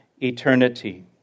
eternity